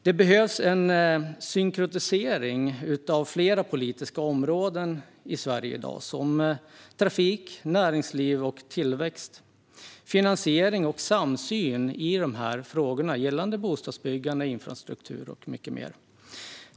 Det behövs en synkronisering av flera politiska områden i Sverige i dag, som trafik, näringsliv, tillväxt, finansiering och samsyn gällande bostadsbyggande, infrastruktur och mycket mer.